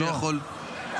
שיכול,